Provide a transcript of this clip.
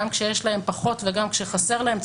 גם כשיש להם פחות וגם כשחסר להם,